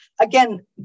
again